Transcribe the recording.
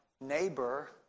neighbor